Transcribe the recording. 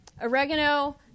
oregano